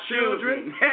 children